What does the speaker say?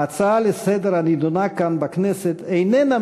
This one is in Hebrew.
ההצעה לסדר-היום הנדונה כאן בכנסת איננה